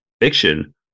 fiction